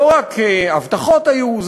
לא רק הבטחות היו,